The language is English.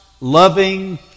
loving